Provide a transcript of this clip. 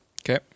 Okay